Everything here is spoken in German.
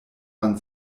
man